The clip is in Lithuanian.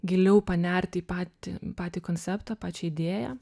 giliau panert į patį patį konceptą pačią idėją